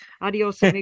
adios